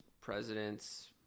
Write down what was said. presidents